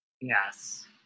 Yes